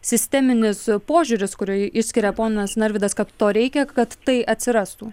sisteminis požiūris kurį išskiria ponas narvydas kad to reikia kad tai atsirastų